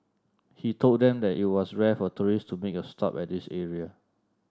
he told them that it was rare for tourists to make a stop at this area